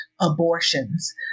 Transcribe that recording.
abortions